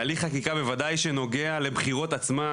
הליך חקיקה בוודאי שנוגע לבחירות עצמן,